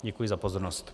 Děkuji za pozornost.